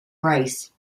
race